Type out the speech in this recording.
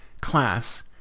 class